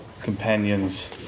companions